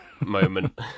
moment